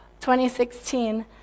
2016